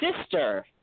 sister